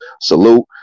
Salute